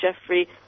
Jeffrey